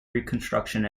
reconstruction